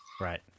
right